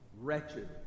wretched